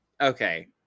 okay